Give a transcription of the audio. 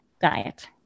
diet